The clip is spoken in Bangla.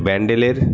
ব্যান্ডেলের